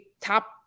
top